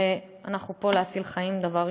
ואנחנו פה להציל חיים, דבר ראשון.